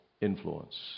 influence